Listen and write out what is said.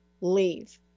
leave